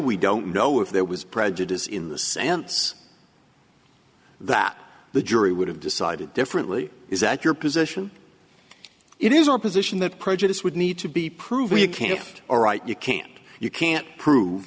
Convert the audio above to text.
we don't know if there was prejudice in the sense that the jury would have decided differently is that your position it is your position that prejudice would need to be proven you can't are right you can't you can't prove